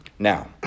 Now